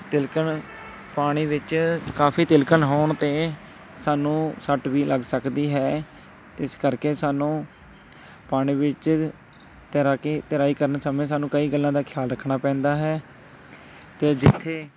ਤਿਲਕਣ ਪਾਣੀ ਵਿੱਚ ਕਾਫੀ ਤਿਲਕਣ ਹੋਣ 'ਤੇ ਸਾਨੂੰ ਸੱਟ ਵੀ ਲੱਗ ਸਕਦੀ ਹੈ ਇਸ ਕਰਕੇ ਸਾਨੂੰ ਪਾਣੀ ਵਿੱਚ ਤੈਰਾਕੀ ਤੈਰਾਈ ਕਰਨ ਸਮੇਂ ਸਾਨੂੰ ਕਈ ਗੱਲਾਂ ਦਾ ਖਿਆਲ ਰੱਖਣਾ ਪੈਂਦਾ ਹੈ ਅਤੇ ਜਿੱਥੇ